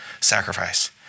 sacrifice